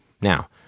Now